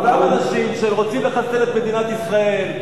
אותם אנשים שרוצים לחסל את מדינת ישראל.